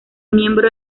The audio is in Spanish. miembro